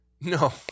No